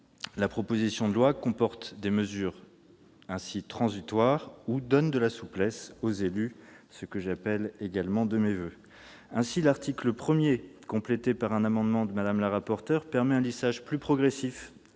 proposition de loi comporte des mesures transitoires ou donne de la souplesse aux élus, ce qui ne peut que me satisfaire. Ainsi, l'article 1, tel que complété par un amendement de Mme la rapporteur, permet un lissage plus progressif